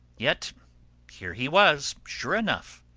yet here he was, sure enough,